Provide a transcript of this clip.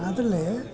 ಅದರಲ್ಲಿ